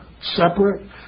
separate